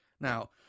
Now